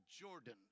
Jordan